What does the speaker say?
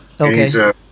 Okay